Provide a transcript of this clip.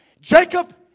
Jacob